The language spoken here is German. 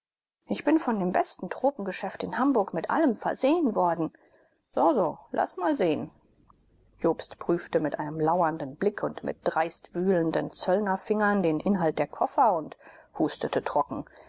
ich bin von dem besten tropengeschäft in hamburg mit allem versehen worden soso laß mal sehen jobst prüfte mit einem lauernden blick und mit dreist wühlenden zöllnerfingern den inhalt der koffer und hustete trocken